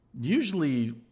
Usually